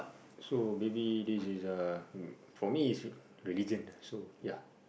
so maybe this is uh for me is religion ah so ya